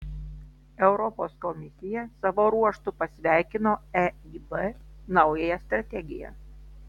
europos komisija savo ruožtu pasveikino eib naująją strategiją